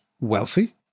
wealthy